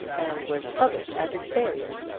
and was troubled at his failure,